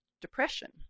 depression